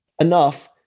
enough